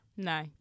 No